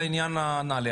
לעניין נעל"ה,